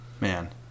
Man